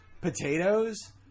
potatoes